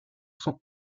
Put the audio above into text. sont